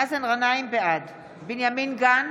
בעד בנימין גנץ,